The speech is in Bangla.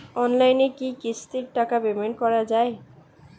অনলাইনে কি কিস্তির টাকা পেমেন্ট করা যায়?